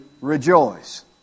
rejoice